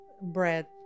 bread